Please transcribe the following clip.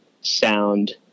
sound